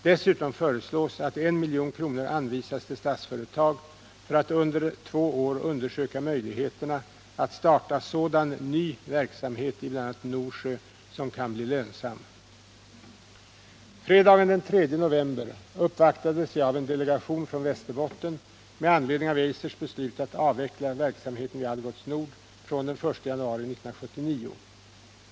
Dessutom föreslås att 1 milj.kr. anvisas till Statsföretag för att under två år undersöka möjligheterna att starta sådan ny verksamhet i bl.a. Norsjö som kan bli lönsam. Fredagen den 3 november uppvaktades jag av en delegation från Västerbotten med anledning av Eisers beslut att avveckla verksamheten vid Algots Nord från den 1 januari 1979.